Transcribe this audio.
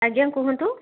ଆଜ୍ଞା କୁହନ୍ତୁ